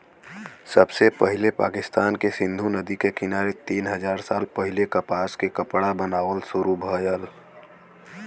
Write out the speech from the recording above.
सबसे पहिले पाकिस्तान के सिंधु नदी के किनारे तीन हजार साल पहिले कपास से कपड़ा बनावल शुरू भइल